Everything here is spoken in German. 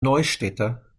neustädter